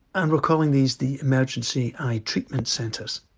and recalling these the emergency eye treatment centres.